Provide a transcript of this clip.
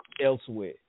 elsewhere